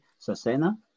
Sasena